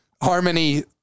Harmony